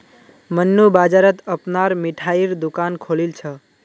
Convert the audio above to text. मन्नू बाजारत अपनार मिठाईर दुकान खोलील छ